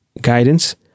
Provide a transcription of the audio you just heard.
guidance